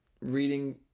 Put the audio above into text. reading